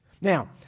Now